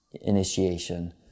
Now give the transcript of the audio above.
initiation